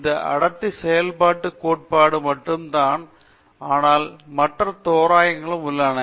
இந்த அடர்த்தி செயல்பாட்டுக் கோட்பாடு மட்டும்தான் ஆனால் மற்ற தோராயமாக்கங்கள் உள்ளன